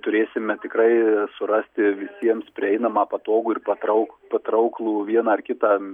turėsime tikrai surasti visiems prieinamą patogų ir patrauk patrauklų vieną ar kitą